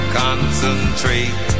concentrate